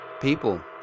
People